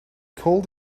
called